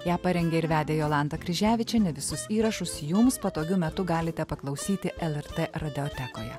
ją parengė ir vedė jolanta kryževičienė visus įrašus jums patogiu metu galite paklausyti lrt radiotekoje